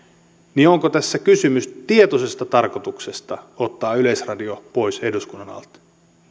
niin onko tässä kysymys tietoisesta tarkoituksesta ottaa yleisradio pois eduskunnan alta